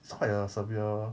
it's quite a severe